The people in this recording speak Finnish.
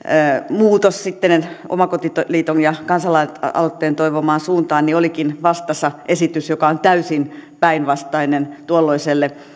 muutos omakotiliiton ja kansalaisaloitteen toivomaan suuntaan niin olikin vastassa esitys joka on täysin päinvastainen tuolloiselle